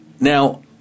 Now